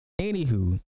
Anywho